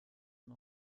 mal